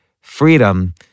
freedom